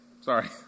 sorry